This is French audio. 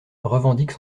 revendique